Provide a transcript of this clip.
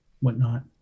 whatnot